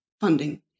funding